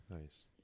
nice